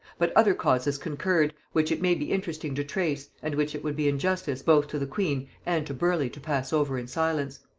but other causes concurred, which it may be interesting to trace, and which it would be injustice both to the queen and to burleigh to pass over in silence.